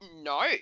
no